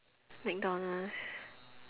mcdonald's